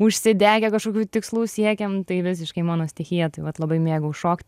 užsidegę kažkokių tikslų siekiam tai visiškai mano stichija taip vat labai mėgau šokt